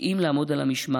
כי אם לעמוד על המשמר,